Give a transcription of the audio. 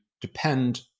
depend